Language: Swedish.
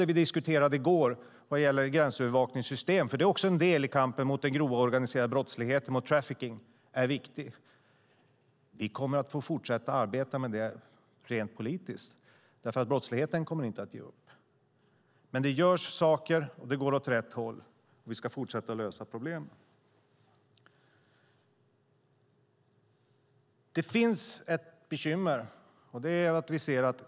I går diskuterade vi gränsövervakningssystem. Det är också en del i kampen mot grov organiserad brottslighet och trafficking. Vi kommer att få fortsätta att arbeta med detta rent politiskt, för brottsligheten kommer inte att ge upp. Men det görs saker, och det går år rätt håll. Vi ska fortsätta att lösa problem. Det finns ett bekymmer.